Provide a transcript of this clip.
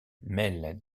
mêle